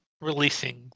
releasing